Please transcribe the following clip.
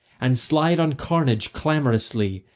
and slide on carnage clamorously,